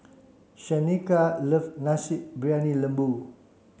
Shaneka love Nasi Briyani Lembu